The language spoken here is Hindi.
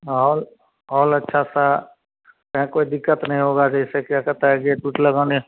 और और अच्छा सा कहीं कोई दिक़्क़त नहीं होगा जैसे क्या कहता है गेट उट लगालें